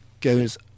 goes